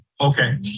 Okay